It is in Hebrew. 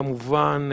כמובן,